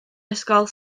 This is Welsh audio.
ysgol